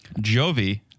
Jovi